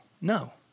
no